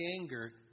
anger